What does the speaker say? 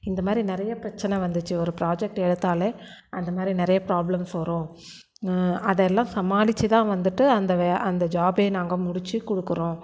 இந்தமாதிரி நிறைய பிரச்சனை வந்துச்சு ஒரு ப்ராஜெக்ட் எடுத்தாலே அந்தமாதிரி நிறைய ப்ராப்ளம்ஸ் வரும் அதெல்லாம் சமாளிச்சுதான் வந்துட்டு அந்த வே அந்த ஜாப்பே நாங்கள் முடிச்சு கொடுக்குறோம்